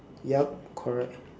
yup correct